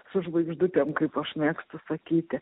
su žvaigždutėm kaip aš mėgstu sakyti